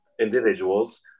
individuals